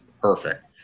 perfect